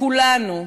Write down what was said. כולנו,